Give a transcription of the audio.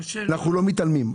אנחנו לא מתעלמים.